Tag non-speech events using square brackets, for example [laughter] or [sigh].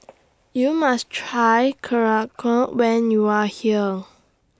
[noise] YOU must Try [unintelligible] when YOU Are here